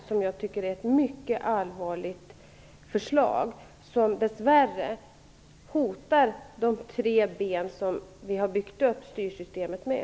Det tycker jag är ett mycket allvarligt förslag, som dess värre hotar de tre ben som vi har byggt upp styrsystemet med.